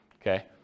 Okay